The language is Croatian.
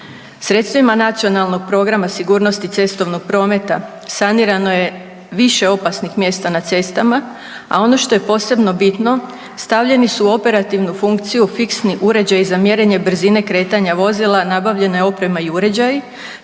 Sredstvima Nacionalnog programa sigurnosti cestovnog prometa sanirano je više opasnih mjesta na cestama, a ono što je posebno bitno stavljeni su u operativnu funkciju fiksni uređaji za mjerenje brzine kretanja vozila, nabavljena je oprema i uređaji,